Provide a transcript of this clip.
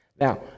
Now